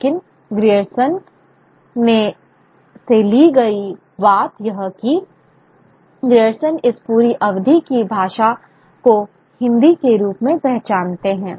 लेकिन ग्रियर्सन से ली गई बात यह है कि ग्रियर्सन इस पूरी अवधि की भाषा को हिंदी के रूप में पहचानते हैं